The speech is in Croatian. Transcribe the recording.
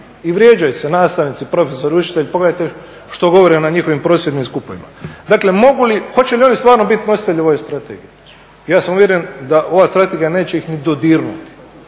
i vrijeđaju se nastavnici, profesori, učitelji. Pogledajte što govore na njihovim prosvjednim skupovima. Hoće li oni stvarno biti nositelji ove strategije? Ja sam uvjeren da ova strategija neće ih ni dodirnuti,